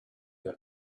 her